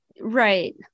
Right